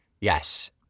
Yes